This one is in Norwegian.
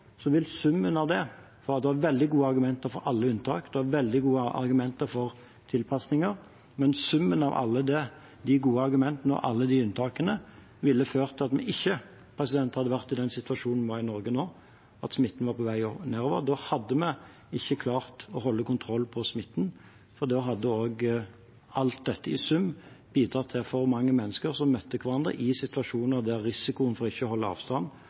alle unntak og veldig gode argumenter for tilpasninger. Men summen av alle de gode argumentene og alle unntakene ville ført til at vi i Norge ikke hadde vært i den situasjonen vi er i nå, at smitten er på vei nedover. Da hadde vi ikke klart å holde kontroll på smitten, og da hadde alt dette i sum bidratt til at for mange mennesker møtte hverandre i situasjoner der risikoen for ikke å holde avstand